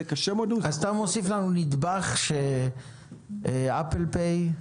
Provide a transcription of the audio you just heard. אז אתה מוסיף לנו נדבך ש"אפל פיי"